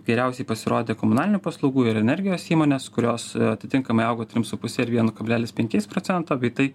geriausiai pasirodė komunalinių paslaugų ir energijos įmonės kurios atitinkamai augo trim su puse ir vienu kablelis penkiais procento bei tai